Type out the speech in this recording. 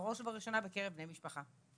בראש ובראשונה בקרב בני משפחה.